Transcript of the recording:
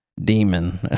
demon